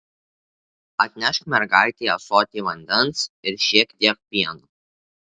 atnešk mergaitei ąsotį vandens ir šiek tiek pieno